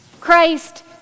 Christ